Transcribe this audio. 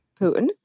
Putin